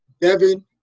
Devin